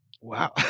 Wow